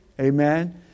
Amen